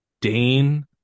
Dane